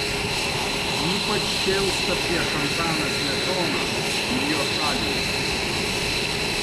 ypač šėlsta prieš antaną smetoną ir jo šalininkus